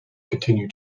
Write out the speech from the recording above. continue